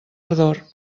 ardor